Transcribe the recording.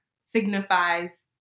signifies